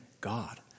God